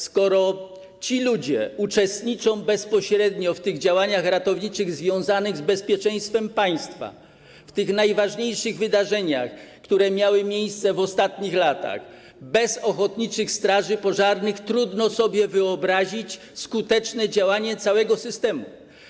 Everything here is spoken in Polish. Skoro ci ludzie uczestniczą bezpośrednio w działaniach ratowniczych związanych z bezpieczeństwem państwa, w najważniejszych wydarzeniach, które miały miejsce w ostatnich latach, bez ochotniczych straży pożarnych trudno sobie wyobrazić skuteczne działanie całego systemu.